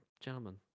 gentlemen